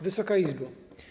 Wysoka Izbo!